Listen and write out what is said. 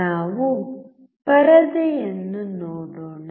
ನಾವು ಪರದೆಯನ್ನು ನೋಡೋಣ